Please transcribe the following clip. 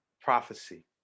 prophecy